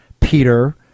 Peter